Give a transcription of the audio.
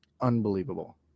unbelievable